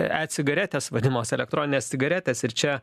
e cigaretės vadinamos elektroninės cigaretės ir čia